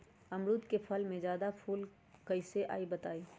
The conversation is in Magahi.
अमरुद क फल म जादा फूल कईसे आई बताई?